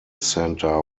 center